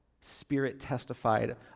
spirit-testified